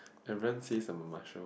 everyone says I'm a